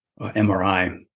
MRI